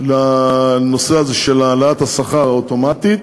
לנושא הזה של העלאת השכר האוטומטית.